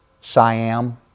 Siam